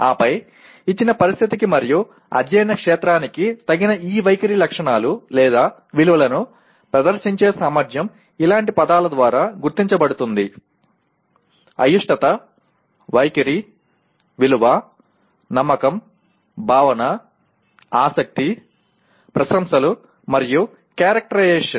ఆపై ఇచ్చిన పరిస్థితికి మరియు అధ్యయన క్షేత్రానికి తగిన ఆ వైఖరి లక్షణాలు లేదా విలువలను ప్రదర్శించే సామర్థ్యం ఇలాంటి పదాల ద్వారా గుర్తించబడుతుంది అయిష్టత వైఖరి విలువ నమ్మకం భావన ఆసక్తి ప్రశంసలు మరియు క్యారెక్టరైజేషన్